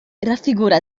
raffigura